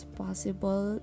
possible